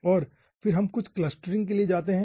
और फिर हम कुछ क्लस्टरिंग के लिए जाते हैं